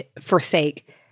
forsake